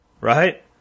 Right